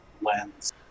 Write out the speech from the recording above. lens